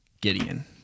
Gideon